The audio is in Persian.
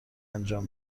انجام